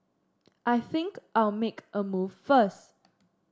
I think I'll make a move first